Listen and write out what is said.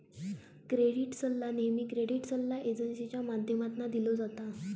credit सल्ला नेहमी credit सल्ला एजेंसींच्या माध्यमातना दिलो जाता